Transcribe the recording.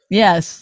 yes